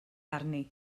arni